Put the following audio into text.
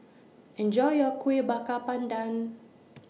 Enjoy your Kueh Bakar Pandan